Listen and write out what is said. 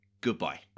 Goodbye